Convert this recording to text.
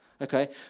okay